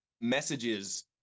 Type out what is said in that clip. messages